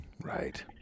Right